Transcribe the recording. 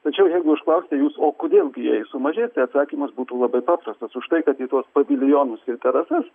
tačiau jeigu užklausite jūs o kodėl gi jie sumažės tai atsakymas būtų labai paprastas už tai kad į tuos paviljonus ir terasas